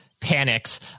panics